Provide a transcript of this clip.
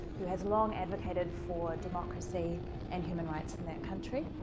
who has long advocated for democracy and human rights in that country.